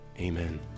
amen